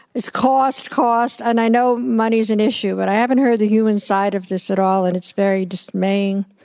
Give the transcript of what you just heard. it's cost, cost, and i know money's an issue, but i haven't heard the human side of this at all, and it's very dismaying.